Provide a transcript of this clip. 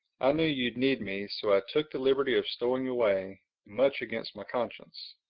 i knew you'd need me, so i took the liberty of stowing away much against my conscience.